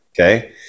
Okay